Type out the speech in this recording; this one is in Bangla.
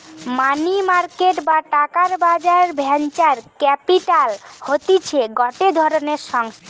মানি মার্কেট বা টাকার বাজার ভেঞ্চার ক্যাপিটাল হতিছে গটে ধরণের সংস্থা